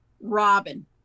Robin